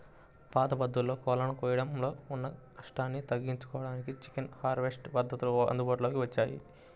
పాత పద్ధతుల్లో కోళ్ళను కోయడంలో ఉన్న కష్టాన్ని తగ్గించడానికే చికెన్ హార్వెస్ట్ పద్ధతులు అందుబాటులోకి వచ్చాయి